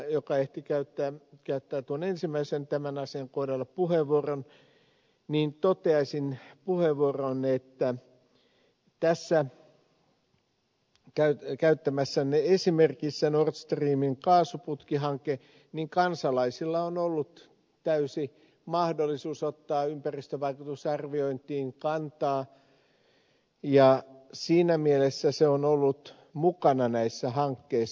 karhuvaara ehti käyttää ensimmäisen puheenvuoron tämän asian kohdalla niin toteaisin puheenvuoroonne että tässä käyttämässänne esimerkissä nord streamin kaasuputkihankkeessa kansalaisilla on ollut täysi mahdollisuus ottaa ympäristövaikutusarviointiin kantaa ja siinä mielessä se on ollut mukana näissä hankkeissa